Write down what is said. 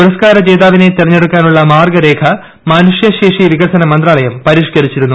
പുരസ്കാര ജേതാവിനെ തെരഞ്ഞെടുക്കാനുള്ള മാർഗ്ഗരേഖ മനുഷ്യശേഷി വികസന മന്ത്രാലയം പരിഷ്കരിച്ചിരുന്നു